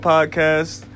Podcast